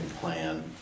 plan